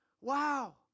Wow